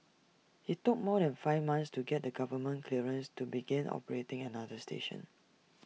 IT took more than five months to get A government clearances to begin operating another station